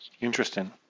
Interesting